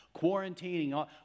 quarantining